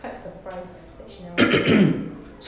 quite surprised that she never contact me